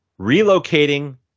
Relocating